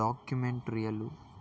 డాక్యుమెంట్రీలు